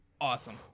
Awesome